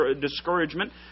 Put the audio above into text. discouragement